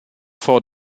vor